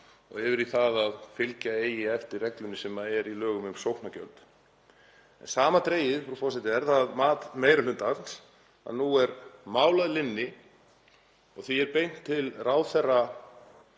og yfir í það að fylgja eigi eftir reglunni sem er í lögum um sóknargjöld. Samandregið er það mat meiri hlutans að nú sé mál að linni og því er beint til þeirra